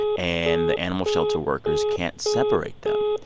and the animal shelter workers can't separate them.